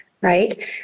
right